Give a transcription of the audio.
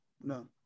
no